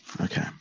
Okay